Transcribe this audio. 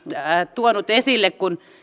tuonut esille kun